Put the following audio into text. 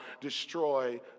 destroy